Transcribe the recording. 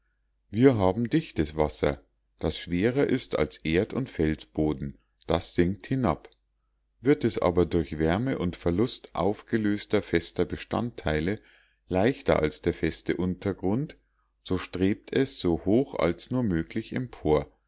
wir haben dichtes wasser das schwerer ist als erd und felsboden das sinkt hinab wird es aber durch wärme und verlust aufgelöster fester bestandteile leichter als der feste untergrund so strebt es so hoch als nur möglich empor